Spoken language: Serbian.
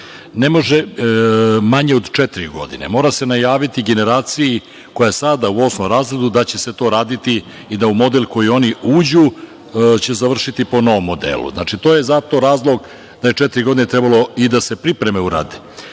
Ne može manje od četiri godine, mora se najaviti generaciji koja je sada u osmom razredu da će se to raditi i da u model koji oni uđu će završiti po novom modelu. Znači, to je zato razlog ne četiri godine i da se pripreme urade. Kada